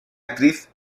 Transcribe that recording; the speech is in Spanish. actriz